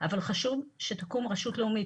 חשוב שתקום רשות לאומית.